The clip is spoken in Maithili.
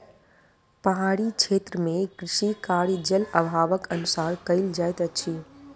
पहाड़ी क्षेत्र मे कृषि कार्य, जल अभावक अनुसार कयल जाइत अछि